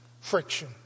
friction